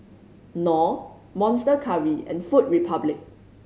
Knorr Monster Curry and Food Republic